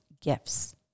gifts